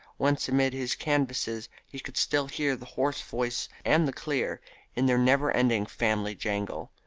whence amid his canvases he could still hear the hoarse voice and the clear in their never-ending family jangle.